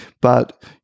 but-